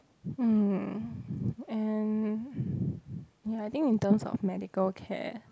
mm and ya I think in terms of medical care